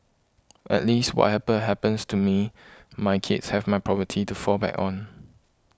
at least what happens to me my kids have my property to fall back on